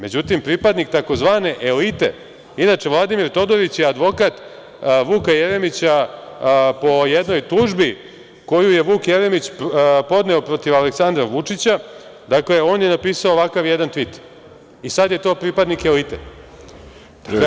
Međutim, pripadnik tzv. elite, inače, Vladimir Todorić je advokat Vuka Jeremića po jednoj tužbi koju je Vuk Jeremić podneo protiv Aleksandra Vučića, dakle, on je napisao ovakav jedan tvit i sada je on pripadnik elite.